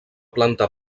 planta